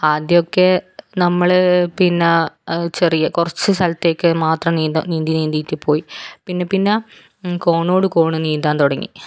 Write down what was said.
ആദ്യമൊക്കെ നമ്മള് പിന്നെ ചെറിയ കുറച്ച് സ്ഥലത്തൊക്കെ മാത്രം നീന്തി നീന്തിയൊക്കെ പോയി പിന്നെപ്പിന്നെ കോണോട് കോൺ നീന്താൻ തുടങ്ങി